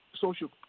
social